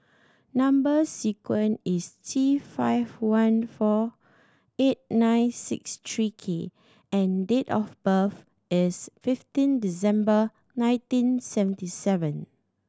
number sequence is T five one four eight nine six three K and date of birth is fifteen December nineteen seventy seven